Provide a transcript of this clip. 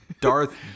Darth